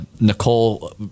nicole